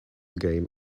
game